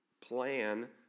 plan